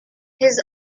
his